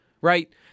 right